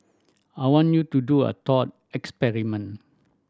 I want you to do a thought experiment